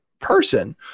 person